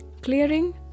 clearing